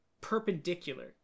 perpendicular